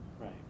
Right